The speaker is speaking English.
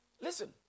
Listen